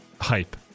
hype